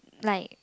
like